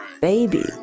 Baby